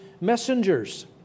messengers